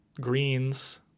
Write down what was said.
Greens